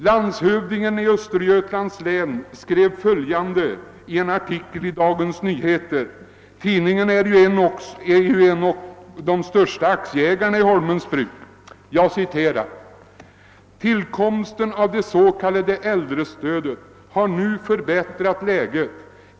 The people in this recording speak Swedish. Landshövdingen i Östergötlands län skrev följande i en artikel i Dagens Nyheter — tidningen är en av de största aktieägar na i Holmens bruk: »Tillkomsten av det s.k. äldrestödet har nu förbättrat läget.